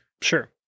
Sure